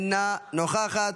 אינה נוכחת,